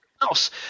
house